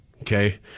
Okay